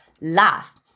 Last